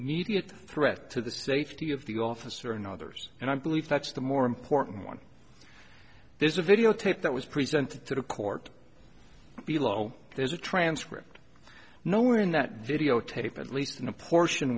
immediate threat to the safety of the officer and others and i believe that's the more important one this is a videotape that was presented to the court below there's a transcript nowhere in that videotape at least in the portion